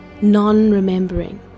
non-remembering